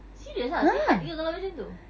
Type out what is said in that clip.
serious ah sihat ke kalau macam tu